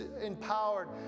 empowered